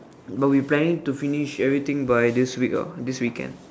no we planning to finish everything by this week ah this weekend